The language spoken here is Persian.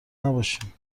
نباشین